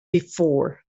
before